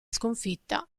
sconfitta